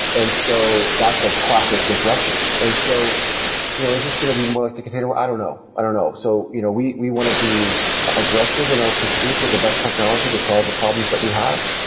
and so that's a classic disruption. and so you know is this going to be more like the container? i don't know. i don't know. so you know we we want to be aggressive in our pursuit or the best technology to solve the problems that we have,